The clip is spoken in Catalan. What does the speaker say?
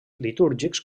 litúrgics